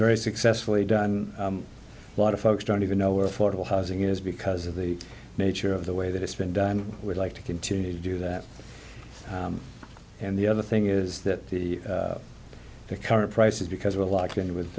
very successfully done a lot of folks don't even know where affordable housing is because of the nature of the way that it's been done would like to continue to do that and the other thing is that the current prices because we're locked in with